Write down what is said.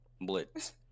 Blitz